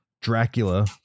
Dracula